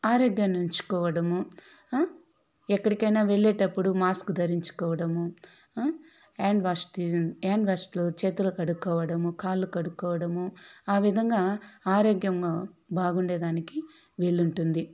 ఆరోగ్యాన్ని ఉంచుకోవడము ఎక్కడికైనా వెళ్లేటప్పుడు మాస్క్ ధరించుకోవడము హ్యాండ్ వాష్ తి హ్యాండ్ వాష్తో చేతులు కడుక్కోవడము కాళ్లు కడుక్కోవడము ఆ విధముగా ఆరోగ్యము బాగుండడానికి వీలు ఉంటుంది